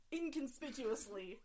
inconspicuously